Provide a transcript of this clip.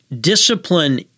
discipline